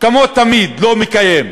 כמו תמיד, לא מקיים.